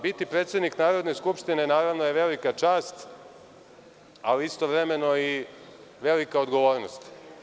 Biti predsednik Narodne skupštine je velika čast, ali istovremeno i velika odgovornost.